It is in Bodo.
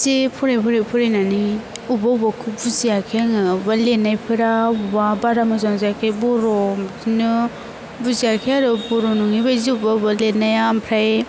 से फरायै फरायै फरायनानै अब्बा अब्बाखौ बुजियाखै आङो अब्बा लिरनायफोरा अबावबा बारा मोजां जायाखै बर' बिदिनो बुजियाखै आरो बर' नङि बायदि अब्बा अब्बा लेरनाया आमफ्राय